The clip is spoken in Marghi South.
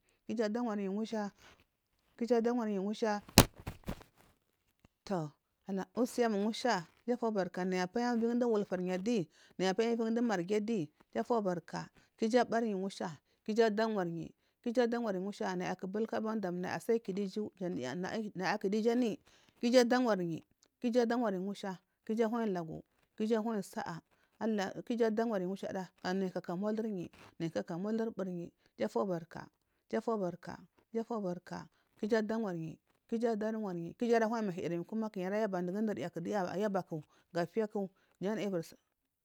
Iju aɗawaryi ngusha iju aɗawarji ngusha to usaim ugusha ki nayi abaya ivi ɗu wuffuryi aɗi ku nabaya marghi iju fubarka ku iju aɓaryi ugusha ku iju a ku iju aɗawar ugusha naya kulku sai kiɗu iju anu ugusha na ɗaya akiɗu iju anuyi iju kuja aɗarwayi ugusha iju kuja anayi sa’a iju aɗawarnyi ugusha ɗa iju afubarka iju fubaarka iju afuɓarka ku iju adarwar yi ku nayi ara yaba ɗugu unurya tsun ngusha ku iju a aɗuwaryi nayim kaka muluri bymyi dugu nuriyaku ɗiya ayabaku.